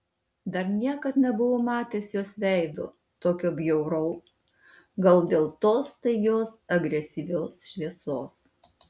dar niekad nebuvau matęs jos veido tokio bjauraus gal dėl tos staigios agresyvios šviesos